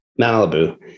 Malibu